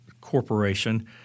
corporation